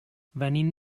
venim